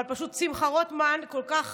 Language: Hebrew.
אבל פשוט שמחה רוטמן כל כך